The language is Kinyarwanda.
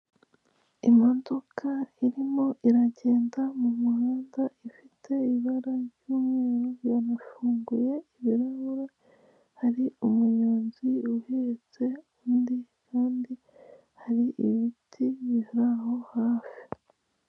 Imodoka irimo iragenda mumuhanda ifite ibara ry'umweru yana funguye ibirahure hari umunyonzi uhetse undi kandi hari ibiti biba aho hafi.